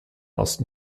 osten